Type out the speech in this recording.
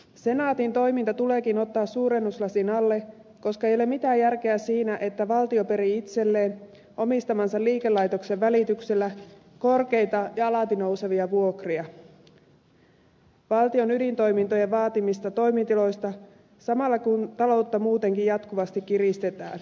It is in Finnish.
senaatin toiminta tuleekin ottaa suurennuslasin alle koska ei ole mitään järkeä siinä että valtio perii itselleen omistamansa liikelaitoksen välityksellä korkeita ja alati nousevia vuokria valtion ydintoimintojen vaatimista toimitiloista samalla kun taloutta muutenkin jatkuvasti kiristetään